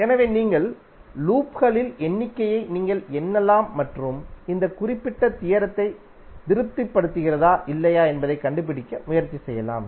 எனவே நீங்கள் உருவாக்கிய லூப்களின் எண்ணிக்கையை நீங்கள் எண்ணலாம் மற்றும் இந்த குறிப்பிட்ட தியரத்தை திருப்திப்படுத்துகிறதா இல்லையா என்பதைக் கண்டுபிடிக்க முயற்சி செய்யலாம்